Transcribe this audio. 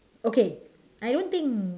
okay I don't think